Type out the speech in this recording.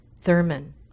Thurman